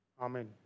Amen